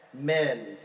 men